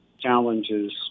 challenges